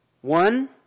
One